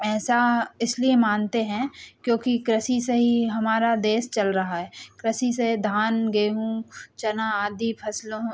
ऐसा इसलिए मानते हैं क्योंकि कृषि से ही हमारा देश चल रहा है कृषि से धान गेहूँ चना आदि फसलों